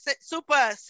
Super